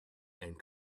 and